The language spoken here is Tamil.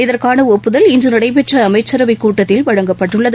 இதற்கான ஒப்புதல் இன்று நடைபெற்ற அமைச்சரவைக் கூட்டத்தில் வழங்கப்பட்டுள்ளது